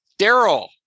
Daryl